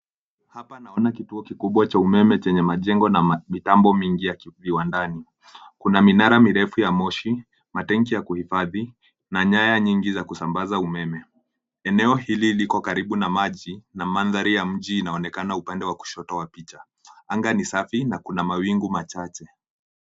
Hapa naona kituo kikubwa cha umeme chenye majengo na mitambo mingi ya viwandani, kuna minara mirefu ya moshi, matenki ya kuhifadhi na nyaya nyingi za kusambaza umeme. Eneo hili liko karibu na maji, na madhari ya mji inaonekana upande wa kushoto wa picha. Anga ni safi na kuna mawingu machache.